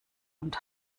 und